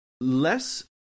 less